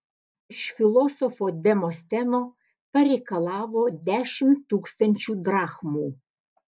iš filosofo demosteno pareikalavo dešimt tūkstančių drachmų